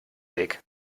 weg